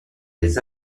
des